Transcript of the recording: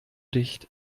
dicht